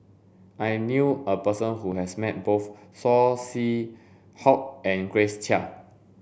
I knew a person who has met both Saw Swee Hock and Grace Chia